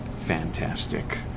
Fantastic